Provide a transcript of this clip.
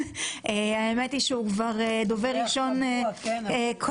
האמת היא שהוא כבר דובר ראשון קבוע,